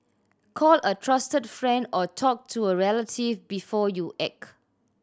call a trusted friend or talk to a relative before you act